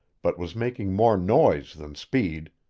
but was making more noise than speed.